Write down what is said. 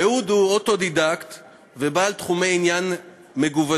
אהוד הוא אוטודידקט ובעל תחומי עניין מגוונים.